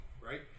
right